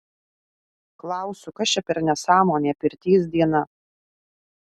klausiu kas čia per nesąmonė pirties diena